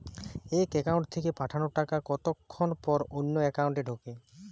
এক একাউন্ট থেকে পাঠানো টাকা কতক্ষন পর অন্য একাউন্টে ঢোকে?